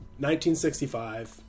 1965